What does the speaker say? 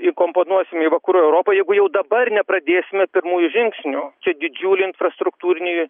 įkomponuosim į vakarų europą jeigu jau dabar nepradėsime pirmųjų žingsnių čia didžiuliai infrastruktūriniai